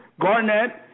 Garnett